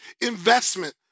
investment